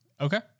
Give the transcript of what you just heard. Okay